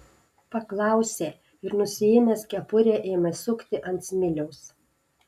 paklausė ir nusiėmęs kepurę ėmė sukti ant smiliaus